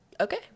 okay